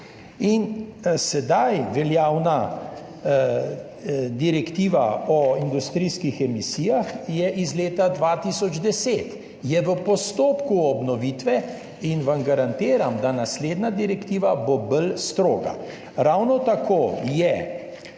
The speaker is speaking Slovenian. Sedaj veljavna Direktiva o industrijskih emisijah je iz leta 2010, je v postopku obnovitve in vam garantiram, da bo naslednja direktiva bolj stroga. Ravno tako je